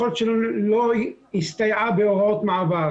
יכול להיות שהיא לא הסתייעה בהוראות מעבר,